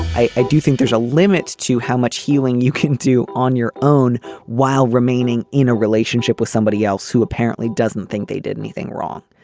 i do think there's a limit to how much healing you can do on your own while remaining in a relationship with somebody else who apparently doesn't think they did anything wrong.